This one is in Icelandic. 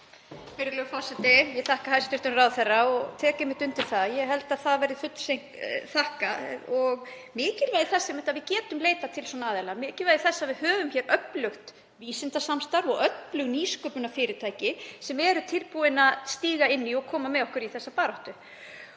Virðulegur forseti. Ég þakka hæstv. ráðherra og tek einmitt undir það, það verður seint fullþakkað, og mikilvægi þess að við getum leitað til svona aðila, mikilvægi þess að við höfum hér öflugt vísindasamstarf og öflug nýsköpunarfyrirtæki sem eru tilbúin að stíga inn í og koma með okkur í þessa baráttu.